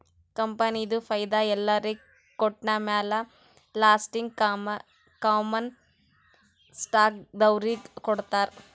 ಕಂಪನಿದು ಫೈದಾ ಎಲ್ಲೊರಿಗ್ ಕೊಟ್ಟಮ್ಯಾಲ ಲಾಸ್ಟೀಗಿ ಕಾಮನ್ ಸ್ಟಾಕ್ದವ್ರಿಗ್ ಕೊಡ್ತಾರ್